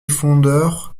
fondeur